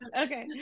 Okay